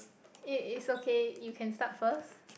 it is okay you can start first